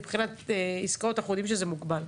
מבחינת עסקאות אנחנו יודעים שזה מוגבל.